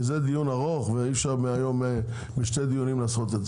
כי זה דיון ארוך ואי אפשר בשני דיונים לעשות את זה.